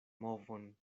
movon